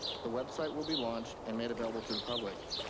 the website will be launched and made available to the public.